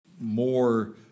more